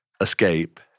escape